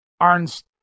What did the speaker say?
Arn's